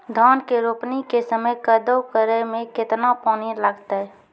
धान के रोपणी के समय कदौ करै मे केतना पानी लागतै?